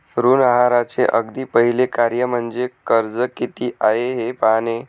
ऋण आहाराचे अगदी पहिले कार्य म्हणजे कर्ज किती आहे हे पाहणे